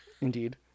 Indeed